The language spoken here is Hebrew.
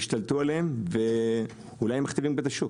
השתלטו עליהם, ואולי הם מכתיבים פה את השוק.